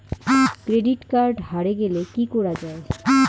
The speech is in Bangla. ক্রেডিট কার্ড হারে গেলে কি করা য়ায়?